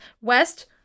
west